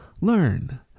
learn